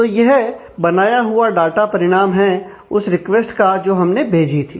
तो यह बनाया हुआ डाटा परिणाम है उस रिक्वेस्ट का जो हमने भेजी थी